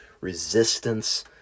resistance